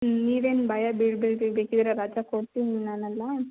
ಹ್ಞೂ ನೀವೇನು ಭಯ ಬೀಳ್ಬೇಡ್ರಿ ಬೇಕಿದ್ದರೆ ರಜಾ ಕೊಡ್ತೀವಿ ಇಲ್ಲಾನ್ನಲ್ಲ